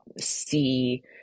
see